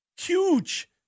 huge